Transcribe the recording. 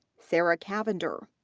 sarah cavender,